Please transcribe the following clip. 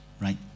Right